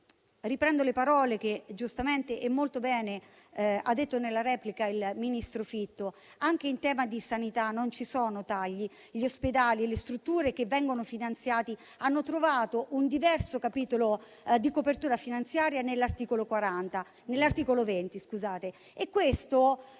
riprendo le parole che giustamente ha usato nella sua replica il ministro Fitto. In tema di sanità non ci sono tagli; gli ospedali e le strutture che vengono finanziati hanno trovato un diverso capitolo di copertura finanziaria nell'articolo 20.